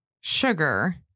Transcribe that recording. sugar